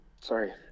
Sorry